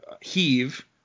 heave